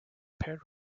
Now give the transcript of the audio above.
paired